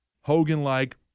Hogan-like